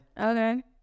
Okay